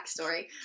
backstory